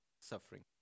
suffering